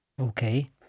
Okay